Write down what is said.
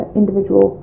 individual